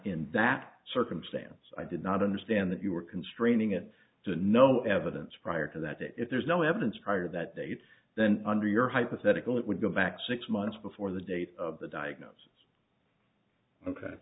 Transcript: in that circumstance i did not understand that you were constraining it to no evidence prior to that if there is no evidence prior that date then under your hypothetical it would go back six months before the date of the diagnosis ok